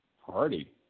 Hardy